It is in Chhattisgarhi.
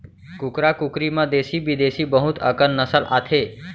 कुकरा कुकरी म देसी बिदेसी बहुत अकन नसल आथे